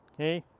okay,